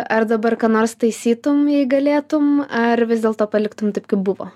ar dabar ką nors taisytum jei galėtum ar vis dėlto paliktum taip kaip buvo